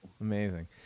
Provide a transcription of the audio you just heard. amazing